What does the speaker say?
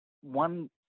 one